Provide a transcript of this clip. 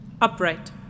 Upright